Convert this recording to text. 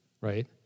right